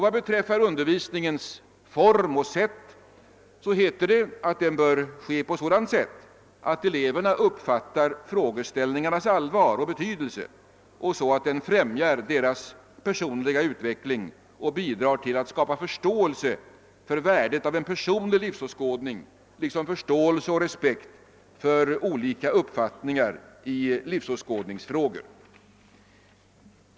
Vad beträffar undervisningens form och sätt heter det att den bör ske på sådant sätt att eleverna uppfattar frågeställningarnas allvar och betydelse så att den främjar deras personliga utveckling och bidrar till att skapa förståelse för värdet av en personlig livsåskåd ning liksom förståelse och respekt för olika uppfattningar i livsåskådningsfrågor.